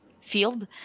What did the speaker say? field